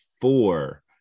four